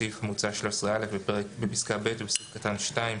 הסתייגות מספר 2 בסעיף המוצע 13א בפסקה (ב) בסעיף קטן (2),